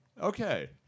Okay